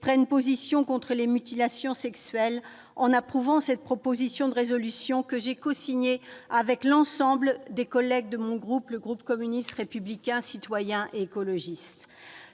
prenne position contre les mutilations sexuelles en approuvant cette proposition de résolution, que j'ai cosignée avec l'ensemble de mes collègues du groupe communiste républicain citoyen et écologiste.